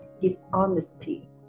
dishonesty